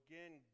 Again